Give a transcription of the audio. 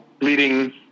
leading